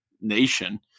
nation